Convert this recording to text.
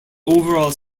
overall